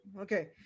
Okay